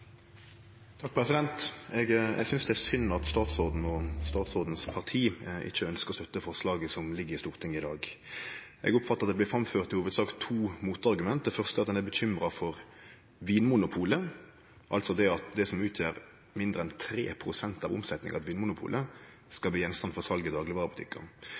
at statsråden og partiet til statsråden ikkje ønskjer å støtte forslaget som ligg i Stortinget i dag. Eg oppfattar at det i hovudsak blir framført to motargument. Det første er at ein er bekymra for at det som utgjer mindre enn 3 pst. av omsetnaden til Vinmonopolet, skal seljast i daglegvarebutikkar.